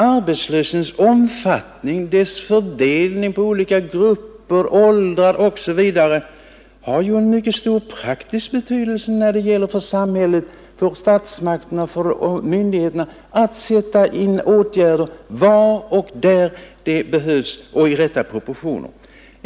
Arbetslöshetens omfattning, dess fördelning på olika grupper, åldrar osv. har en mycket stor praktisk betydelse när det gäller för samhället, för statsmakterna och myndigheterna att sätta in åtgärder där de behövs och i rätta proportioner.